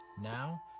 Now